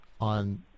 on